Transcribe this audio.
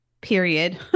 period